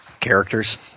characters